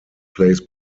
plays